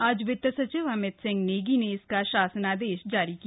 आज वित्त सचिव अमित सिंह नेगी इसका शासनादेश जारी किया